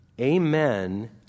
amen